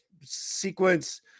sequence